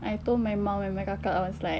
I told my mum and my kakak was like